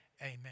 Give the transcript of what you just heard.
amen